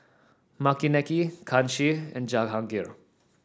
Makineni Kanshi and Jahangir